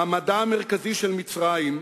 מעמדה המרכזי של מצרים,